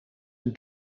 een